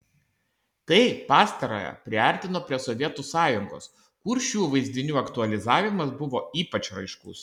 tai pastarąją priartino prie sovietų sąjungos kur šių vaizdinių aktualizavimas buvo ypač raiškus